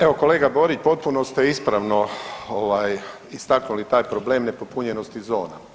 Evo, kolega Borić potpuno ste ispravno istaknuli taj problem nepopunjenosti zona.